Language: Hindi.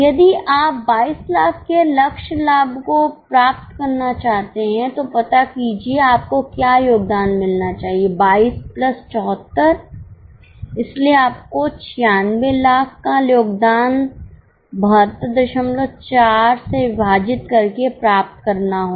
यदि आप 2200000 के लक्ष्य लाभ को प्राप्त करना चाहते हैं तो पता कीजिए आपको क्या योगदान मिलना चाहिए 22 प्लस 74 इसलिए आपको 9600000 का योगदान 724 से विभाजित करके प्राप्त करना होगा